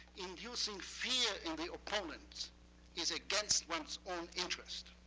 inducing fear in the opponent is against one's own interest.